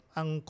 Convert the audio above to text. ang